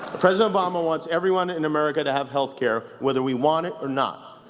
president obama wants everyone in america to have health care. wether we want it, or not.